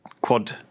quad